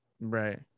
Right